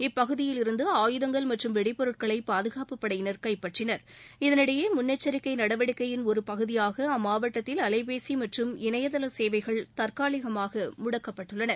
இப்பகுதியில் இருந்து ஆயுதங்கள் மற்றும் வெடிபொருட்களை பாதுகாப்பு படையினர் கைப்பற்றினர் இதனிடையே முன்னெச்சரிக்கை நடவடிக்கையின் ஒரு பகுதியாக அம்மாவட்டத்தில் அலைபேசி மற்றும் இணையதள சேவைகள் தற்காலிகமாக முடக்கப்பட்டுள்ளன